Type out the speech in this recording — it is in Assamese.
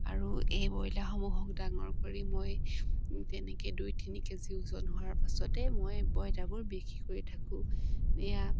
আৰু এই ব্ৰইলাসমূহক ডাঙৰ কৰি মই তেনেকৈ দুই তিনি কে জি ওজন হোৱাৰ পাছতে মই ব্ৰইলাবোৰ বিক্ৰী কৰি থাকোঁ এয়া